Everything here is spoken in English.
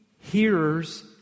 hearers